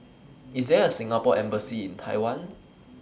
IS There A Singapore Embassy in Taiwan